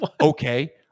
Okay